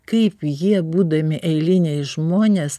kaip jie būdami eiliniai žmonės